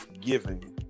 giving